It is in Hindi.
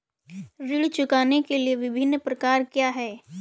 ऋण चुकाने के विभिन्न प्रकार क्या हैं?